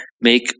make